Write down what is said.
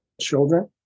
children